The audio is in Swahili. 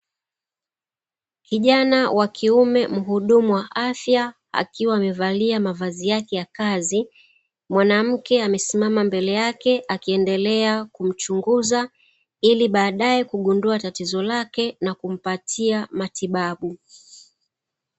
kijana wakiume muhudumu wa afya akiwa amevalia mavazi yake ya kazi mwanamke akiwa amesimama mbele yake akiendelea kumchunguzaa ili baadae kugundua tatizo lake na kumpatia matibabu.